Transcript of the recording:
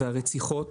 והרציחות